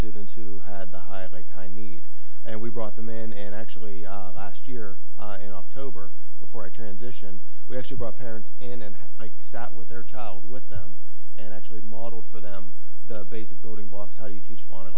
students who had the high of like high need and we brought them in and actually last year in october before i transitioned we actually brought parents in and sat with their child with them and actually modeled for them the basic building blocks how do you teach